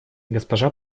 госпожа